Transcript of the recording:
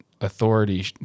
authority